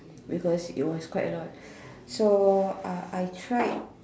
because it was quite a lot so uh I tried